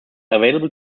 available